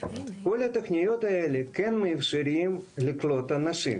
כל התוכניות האלה כן מאפשרות לקלוט אנשים.